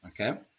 okay